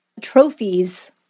trophies